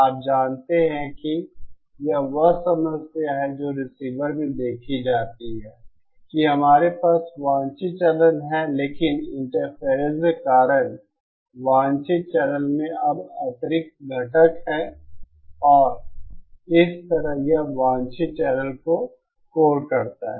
आप जानते हैं कि यह वह समस्या है जो रिसीवर में देखी जाती है कि हमारे पास वांछित चैनल है लेकिन इंटरफेरर्स के कारण वांछित चैनल में अब अतिरिक्त घटक हैं और इस तरह यह वांछित चैनल को कोर करता है